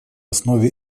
основе